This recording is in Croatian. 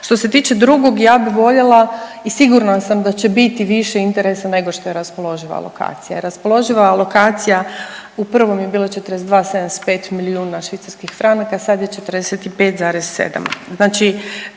Što se tiče drugog ja bi voljela i sigurna sam da će biti više interesa nego što je raspoloživa alokacija. Raspoloživa alokacija u prvo je bila 42,75 milijuna švicarskih franaka sad je 45,7. Znači